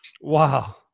Wow